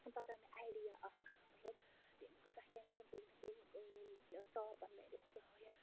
پَتہٕ آو مےٚ آیڈِیا اَکھ مَطلَب تٔمۍ کۭژاہ ٹٮ۪نشَن تُج مےٚ تٔمۍ یٔمۍ ٹاپَن میٛانہِ خۄدایا